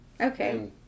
Okay